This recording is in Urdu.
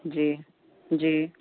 جی جی